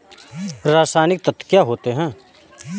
रसायनिक तत्व क्या होते हैं?